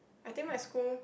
I think my school